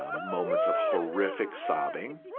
ah moments of horrific sobbing,